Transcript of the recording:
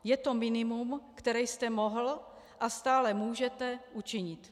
Je to minimum, které jste mohl a stále můžete učinit.